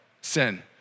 Sin